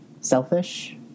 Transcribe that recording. selfish